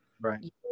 Right